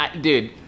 Dude